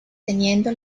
teniendo